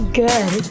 good